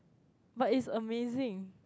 but is amazing